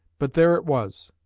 but there it was,